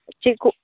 ᱪᱮᱜ ᱠᱚ